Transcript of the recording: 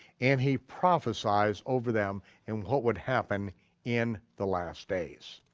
and he prophesies over them in what would happen in the last days.